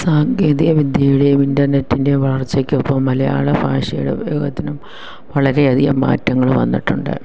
സാങ്കേതിക വിദ്യയുടെയും ഇൻ്റർനെറ്റിൻ്റെ വളർച്ചയ്ക്കൊപ്പം മലയാള ഭാഷയുടെ ഉപയോഗത്തിനും വളരെയധികം മാറ്റങ്ങൾ വന്നിട്ടുണ്ട്